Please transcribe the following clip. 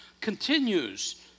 continues